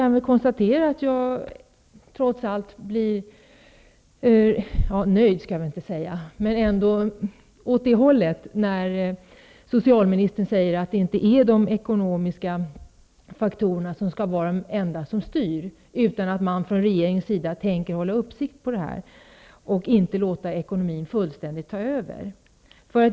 Jag är trots allt nöjd -- eller någonting åt det hållet -- när socialministern säger att det inte bara är de ekonomiska faktorerna som skall styra och att regeringen har för avsikt att hålla uppsikt över frågan och inte låta ekonomin fullständigt ta över.